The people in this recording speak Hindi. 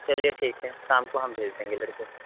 चलिए ठीक है शाम को हम भेज देंगे लड़के